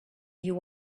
you